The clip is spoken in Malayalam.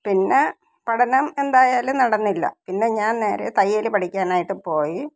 പിന്നെ പഠനം എന്തായാലും നടന്നില്ല പിന്നെ ഞാന് നേരെ തയ്യൽ പഠിക്കാനായിട്ട് പോയി